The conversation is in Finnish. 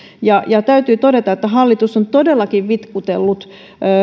ja ja täytyy todeta että hallitus on todellakin vitkutellut